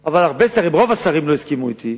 אבל, הרבה שרים, רוב השרים, לא הסכימו אתי.